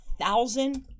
thousand